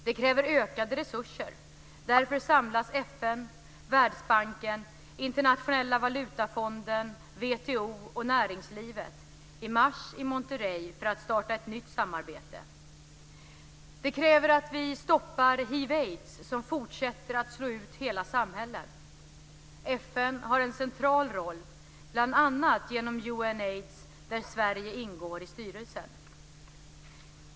Det kräver ökade resurser. Därför samlas FN, och näringslivet i mars i Monterrey för att starta ett nytt samarbete. Det kräver att vi stoppar hiv/aids som fortsätter att slå ut hela samhällen. FN har en central roll, bl.a. genom UNAIDS där Sverige ingår i styrelsen.